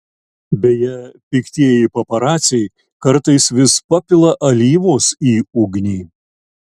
beje piktieji paparaciai kartais vis papila alyvos į ugnį